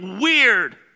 weird